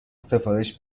سفارش